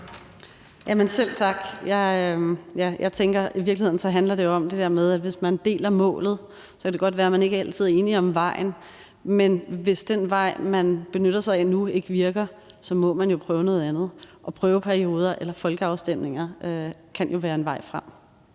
Selv tak. Jeg tænker, at det i virkeligheden handler om, at hvis man deler målet, kan det godt være, at man ikke altid er enige om vejen, men hvis den vej, man benytter sig af nu, ikke virker, må man jo prøve noget andet. Og prøveperioder eller folkeafstemninger kan jo være en vej frem.